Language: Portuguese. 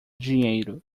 dinheiro